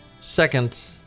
second